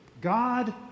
God